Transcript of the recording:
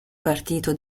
partito